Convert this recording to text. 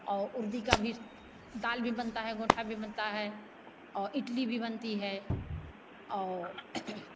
और उड़दी का भी दाल भी बनता है गोईठा भी बनता है और इटली भी बनती है और